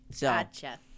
Gotcha